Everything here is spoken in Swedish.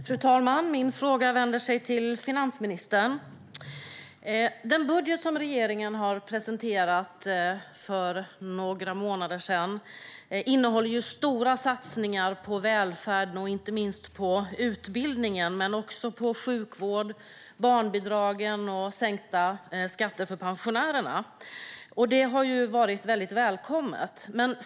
Fru talman! Min fråga går till finansministern. Den budget regeringen presenterade för några månader sedan innehåller stora satsningar på välfärden, inte minst på utbildningen men också på sjukvården, barnbidragen och sänkta skatter för pensionärerna. Det har varit väldigt välkommet.